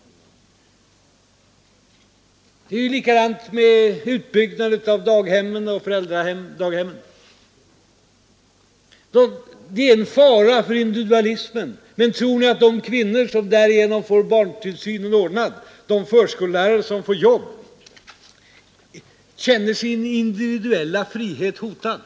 Det är likadant med utbyggnaden av daghem och familjedaghem. Den är en fara för individualismen, säger man. Men tror ni att de kvinnor som därigenom får barntillsynen ordnad, de förskollärare som får jobb, känner sin individuella frihet hotad?